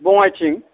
बङाइथिं